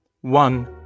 One